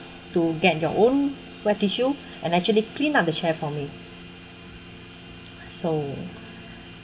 to get your own wet tissue and actually clean up the chair for me so